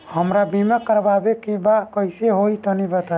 हमरा बीमा करावे के बा कइसे होई तनि बताईं?